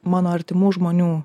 mano artimų žmonių